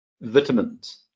Vitamins